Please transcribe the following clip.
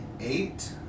eight